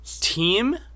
Team